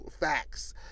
facts